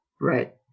Right